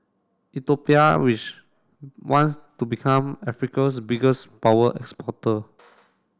which wants to become Africa's biggest power exporter